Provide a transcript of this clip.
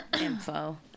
info